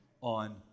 on